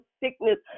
sickness